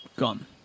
Gone